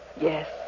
Yes